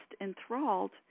enthralled